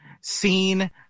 seen